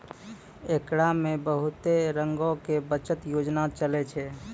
एकरा मे बहुते रंगो के बचत योजना चलै छै